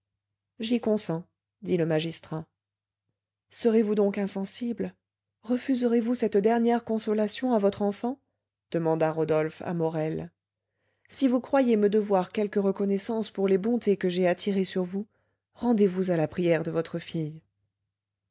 j'y consens dit le magistrat serez-vous donc insensible refuserez-vous cette dernière consolation à votre enfant demanda rodolphe à morel si vous croyez me devoir quelque reconnaissance pour les bontés que j'ai attirées sur vous rendez-vous à la prière de votre fille